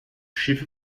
schiffe